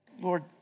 Lord